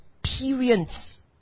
experience